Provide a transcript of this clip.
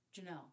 Janelle